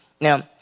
Now